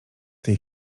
tej